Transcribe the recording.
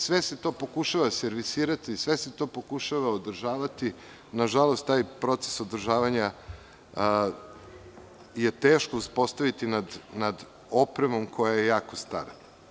Sve se to pokušava servisirati, sve se to pokušava održavati, na žalost taj proces održavanja je teško uspostaviti nad opremom koja je jako stara.